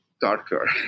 darker